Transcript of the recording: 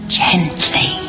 gently